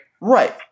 Right